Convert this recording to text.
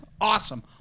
Awesome